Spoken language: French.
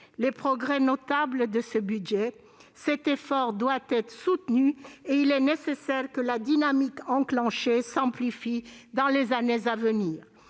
les progrès notables réalisés dans ce budget. Ouh là ! Cet effort doit être soutenu, et il est nécessaire que la dynamique enclenchée s'amplifie dans les années à venir.